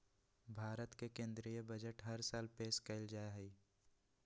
भारत के केन्द्रीय बजट हर साल पेश कइल जाहई